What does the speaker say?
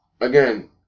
again